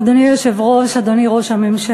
אדוני היושב-ראש, אדוני ראש הממשלה,